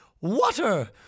water